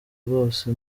rwose